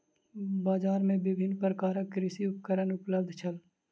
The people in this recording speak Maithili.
बजार में विभिन्न प्रकारक कृषि उपकरण उपलब्ध छल